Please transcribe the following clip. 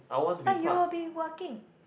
but you will be working